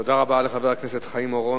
תודה רבה לחבר הכנסת חיים אורון.